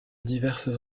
diverses